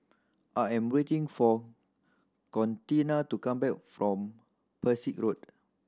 I am waiting for Contina to come back from Pesek Road